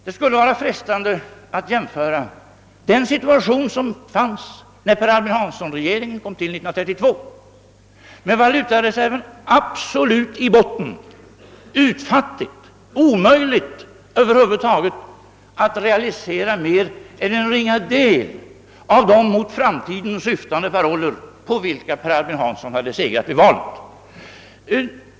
; Det skulle vara frestande att jämföra den situation som fanns när Per Albin Hansson-regeringen kom till 1932, med valutareserven absolut i botten, landet utfattigt, omöjligt över huvud taget att realisera mer än en ringa del av de mot framtiden syftande paroller på vilka Per Albin Hansson hade segrat i valet.